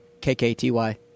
K-K-T-Y